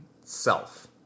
self